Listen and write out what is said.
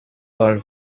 all